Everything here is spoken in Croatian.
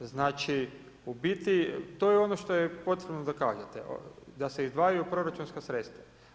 Znači u biti to je ono što je potrebno da kažete, da se izdvajaju proračunska sredstva.